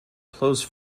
close